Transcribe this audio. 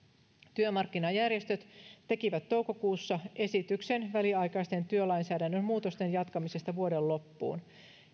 työmarkkinajärjestöt tekivät toukokuussa esityksen väliaikaisten työlainsäädännön muutosten jatkamisesta vuoden loppuun